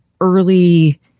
early